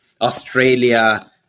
Australia